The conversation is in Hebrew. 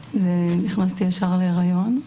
נכנסתי ישר להריון,